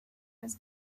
was